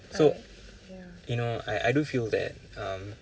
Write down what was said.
so you know I I do feel that um